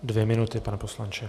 Dvě minuty, pane poslanče.